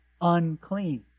unclean